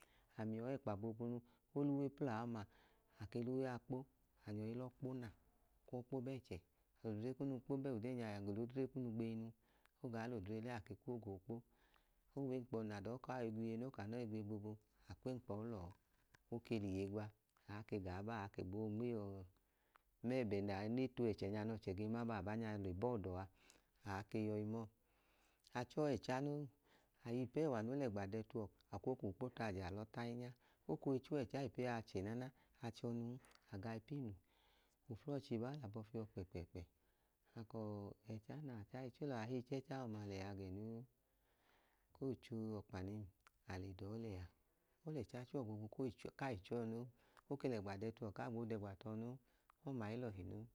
Amiọọ ẹkpa boobu no l'uwe pla ẹmaa ake l'uwea kpo anyọi lọ kpona kwọọ kpo bẹchẹ ke l'odre kunu kpo bẹodenya ẹgo l'odre kunu gbeyinu ogaa l'odre le ake kw'ogoo kpo, owẹẹnkpọ nee adọọ ka ọi gwiye nẹ okanọi gwiye boobu akwẹnkpọọ lọọ oke liye gwa aa ke gaa ba ake gboo nmioo mẹẹbẹ nai ne tu ẹchẹ nya n'achẹ ge ma baabanyai le bọọdọa aake yọi mọọ, achọọ ẹchẹ noo, ayiipẹwa no l'ẹgbadẹ tuwọ akwokuu kpo taajẹ alọ t'ainya agaipiinu oflọchii ba alabọ fiọ kpẹkpẹẹkpẹ akọọ ẹchẹ naa cha ichilọa ahii chẹcha ọọma liya gẹnoo koocho ọkpanim, ale dọọ liya. Olẹcha chuwọ boobu koi kaichọọ noo oke l'ẹgba dẹtuwọ ka gboo d'egba tọọ noo ọọma ilọhin